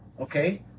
okay